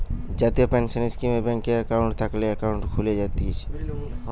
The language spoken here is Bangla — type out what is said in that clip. জাতীয় পেনসন স্কীমে ব্যাংকে একাউন্ট থাকলে একাউন্ট খুলে জায়তিছে